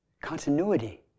Continuity